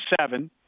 seven